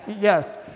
Yes